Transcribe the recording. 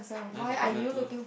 and I have a partner too